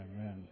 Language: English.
Amen